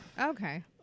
Okay